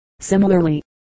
Similarly